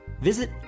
Visit